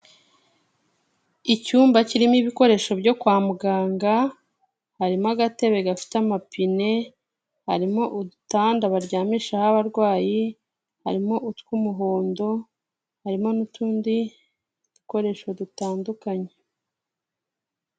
Icyumba kirimo ibikoresho byo kwa muganga, harimo agatebe gafite amapine, harimo udutanda baryamishaho abarwayi, harimo utw'umuhondo, harimo n'utundi dukoresho dutandukanye.